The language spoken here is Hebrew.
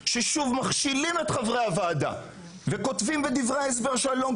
מכשילים את חברי הוועדה וכותבים בדברי ההסבר שלונג